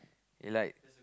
like